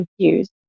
confused